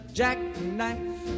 jackknife